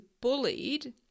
bullied